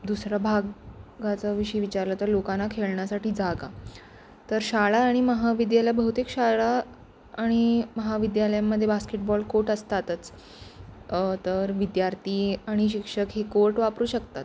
दुसरं भागाचा विषय विचारलं तर लोकांना खेळण्यासाठी जागा तर शाळा आणि महाविद्यालय बहुतेक शाळा आणि महाविद्यालयांमध्ये बास्केटबॉल कोट असतातच तर विद्यार्थी आणि शिक्षक हे कोट वापरू शकतात